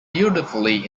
beautifully